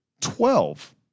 Twelve